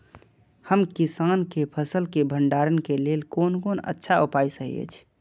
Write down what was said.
हम किसानके फसल के भंडारण के लेल कोन कोन अच्छा उपाय सहि अछि?